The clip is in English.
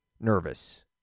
nervous